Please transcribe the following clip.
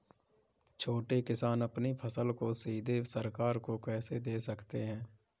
छोटे किसान अपनी फसल को सीधे सरकार को कैसे दे सकते हैं?